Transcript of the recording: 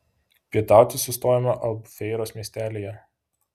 pietauti sustojome albufeiros miestelyje